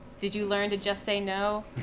did you learn to just say no?